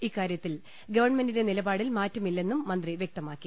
ഇക്കാര്യത്തിൽ ഗവൺമെന്റിന്റെ നിലപാടിൽ മാറ്റമില്ലെന്നും മന്ത്രി വൃക്തമാക്കി